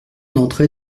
d’entrée